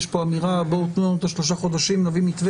יש פה אמירה: בואו תנו לנו את השלושה החודשים; נביא מתווה.